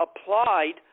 applied